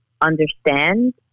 understand